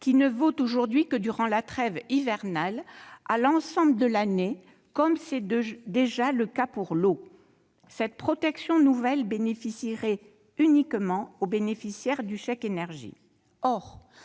qui ne vaut aujourd'hui que durant la trêve hivernale, à l'ensemble de l'année, comme c'est déjà le cas pour l'eau. Cette protection nouvelle serait accordée uniquement aux bénéficiaires du chèque énergie.